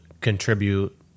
contribute